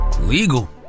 legal